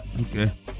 Okay